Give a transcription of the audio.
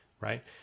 Right